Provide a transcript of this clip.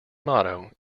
motto